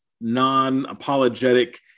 non-apologetic